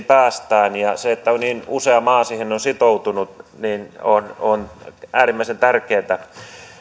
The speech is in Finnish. päästään ja se että niin usea maa siihen on sitoutunut on on äärimmäisen tärkeätä